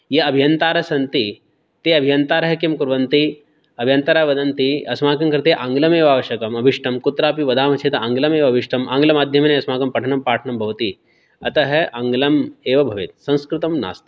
ये अभियन्तारः सन्ति ते अभियन्तारः किं कुर्वन्ति अभियन्तारः वदन्ति अस्माकङ्कृते आङ्ग्लम् एव आवश्यकम् अभीष्टं कुत्रापि वदामः चेत् आङ्ग्लम् एव अभीष्टम् आङ्ग्लमाध्यमेन अस्माकं पठनं पाठनं भवति अतः आङ्ग्लम् एव भवेत् संस्कृतं नास्ति